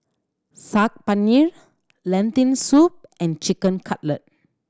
Saag Paneer Lentil Soup and Chicken Cutlet